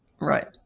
Right